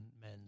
men